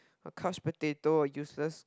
a couch potato useless